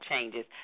changes